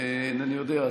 אינני יודע.